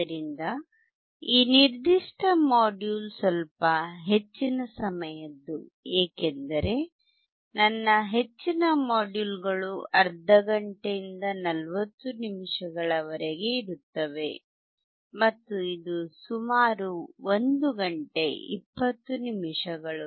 ಆದ್ದರಿಂದ ಈ ನಿರ್ದಿಷ್ಟವಾದ ಮಾಡ್ಯೂಲ್ ಸ್ವಲ್ಪ ಹೆಚ್ಚಿನ ಸಮಯದ್ದು ಏಕೆಂದರೆ ನನ್ನ ಹೆಚ್ಚಿನ ಮಾಡ್ಯೂಲ್ಗಳು ಅರ್ಧ ಗಂಟೆಯಿಂದ 40 ನಿಮಿಷಗಳವರೆಗೆ ಇರುತ್ತವೆ ಮತ್ತು ಇದು ಸುಮಾರು 1 ಗಂಟೆ 20 ನಿಮಿಷಗಳು